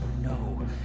No